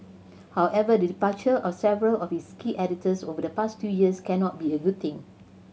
however the departure of several of its key editors over the past two years cannot be a good thing